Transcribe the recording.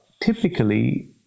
typically